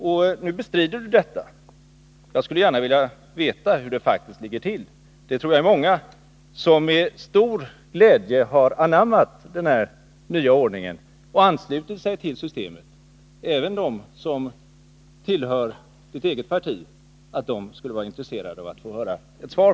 Nu bestrider Kjell-Olof Feldt detta. Jag skulle gärna vilja veta hur det faktiskt ligger till. Jag tror det är många som med stor glädje har anammat den här nya ordningen och anslutit sig till systemet — även sådana som tillhör Kjell-Olof Feldts eget parti — och som skulle vara intresserade av att få ett svar.